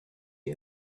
you